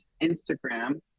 Instagram